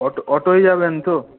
auto অটোয় যাবেন তো